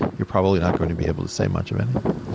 you're probably not going to be able to say much of anything.